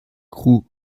crew